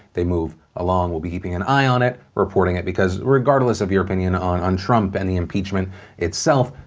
they move along, we'll be keeping an eye on it, reporting it. because regardless of your opinion on on trump and the impeachment itself,